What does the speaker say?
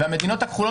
המדינות הכחולות,